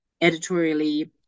editorially